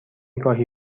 گاهی